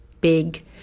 big